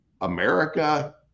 America